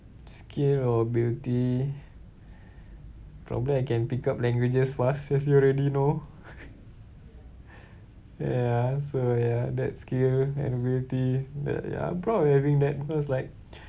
skill or ability probably I can pick up languages fast as you already know ya so ya that skill and ability that ya I'm proud of having that because like